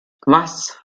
was